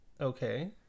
Okay